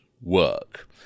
work